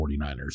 49ers